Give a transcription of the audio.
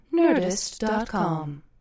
nerdist.com